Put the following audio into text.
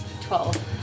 Twelve